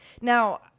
Now